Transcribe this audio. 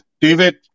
David